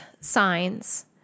signs